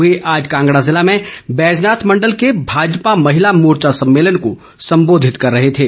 वे आज कांगड़ा जिले में बैजनाथ मण्डल के भाजपा महिला मोर्चा सम्मेलन को सम्बोधित कर रहे थे